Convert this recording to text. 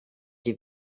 die